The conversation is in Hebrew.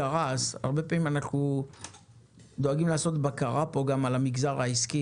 הרבה פעמים אנחנו דואגים לעשות פה בקרה גם על המגזר העסקי,